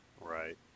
Right